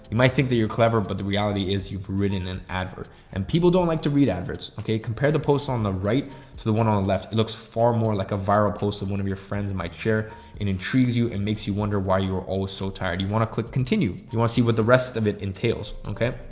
you might think that you're clever, but the reality is you've an advert and people don't like to read adverts. okay? compare the post on the right to the one on the left. it looks far more like a viral post of one of your friends might share and intrigues you and makes you wonder why you're always so tired. you want to click continue. you want to see what the rest of it entails. okay.